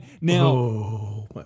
now